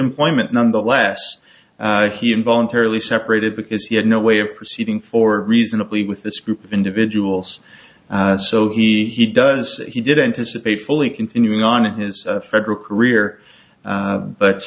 employment nonetheless he and voluntarily separated because he had no way of proceeding for reasonably with this group of individuals so he he does he did anticipate fully continuing on in his federal career